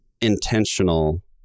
intentional